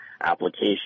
application